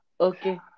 okay